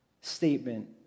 statement